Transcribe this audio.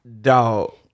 Dog